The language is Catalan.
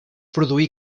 produí